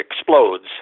explodes